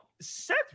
Seth